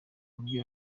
buryo